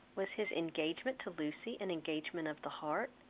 was his engagement to lucy an engagement of the heart?